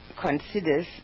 considers